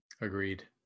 Agreed